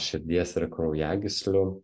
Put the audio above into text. širdies ir kraujagyslių